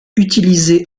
utilisé